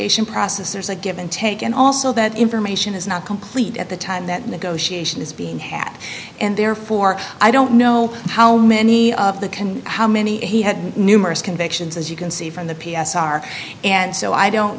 negotiation process there's a give and take and also that information is not complete at the time that negotiation is being hatched and therefore i don't know how many of the can how many he had numerous convictions as you can see from the p s r and so i don't